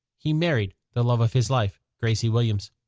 he married the love of his life, gracie williams.